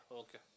okay